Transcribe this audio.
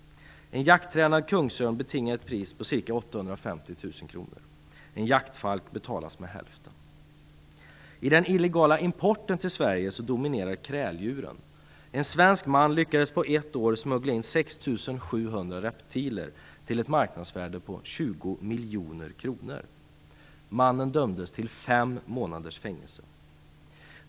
En jakttränad kungsörn betingar ett pris på ca 850 000 kr. En jaktfalk betalas med hälften. I den illegala importen till Sverige dominerar kräldjuren. En svensk man lyckades på ett år smuggla in 6 700 reptiler till ett marknadsvärde på 20 miljoner kronor. Mannen dömdes till fem månaders fängelse.